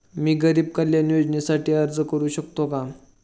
मी गरीब कल्याण योजनेसाठी अर्ज भरू शकतो का?